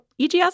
EGS